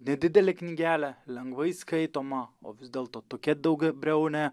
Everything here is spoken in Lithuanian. nedidelė knygelė lengvai skaitoma o vis dėlto tokia daugiabriaunė